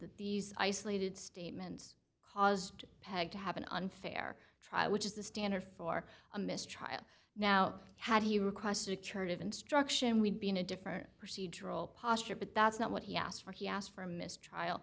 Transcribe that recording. that these isolated statements caused peg to have an unfair trial which is the standard for a mistrial now had he requested turn of instruction we'd be in a different procedure all posture but that's not what he asked for he asked for a mistrial